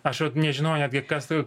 aš vat nežinau netgi kas tai